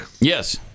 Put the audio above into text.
Yes